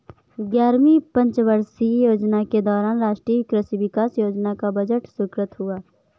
ग्यारहवीं पंचवर्षीय योजना के दौरान राष्ट्रीय कृषि विकास योजना का बजट स्वीकृत हुआ